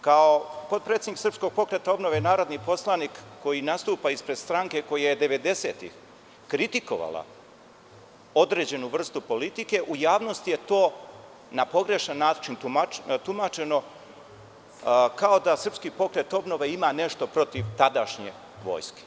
Kao potpredsednik SPO, narodni poslanik, koji nastupa ispred stranke koja je devedesetih kritikovala određenu vrstu politike u javnosti je to na pogrešan način tumačeno, kao da SPO ima nešto protiv tadašnje vojske.